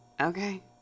Okay